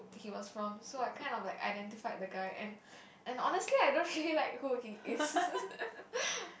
he was from so I kind of like identified the guy and and honestly I don't really like who he is